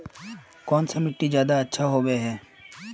कौन सा मिट्टी ज्यादा अच्छा होबे है?